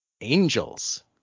Angels